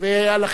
רווח נקי.